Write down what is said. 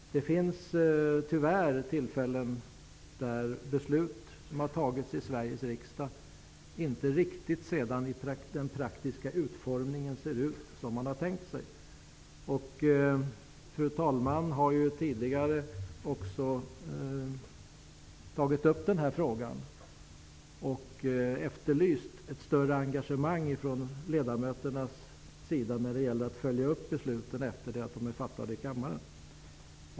Det har tyvärr varit tillfällen där de beslut som fattats av Sveriges riksdag i den praktiska utformningen kommit att se ut inte riktigt som man har tänkt sig. Fru talmannen har tidigare tagit upp frågan och efterlyst ett större engagemang från ledamöternas sida för att följa upp besluten efter det att de är fattade i kammaren.